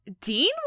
Dean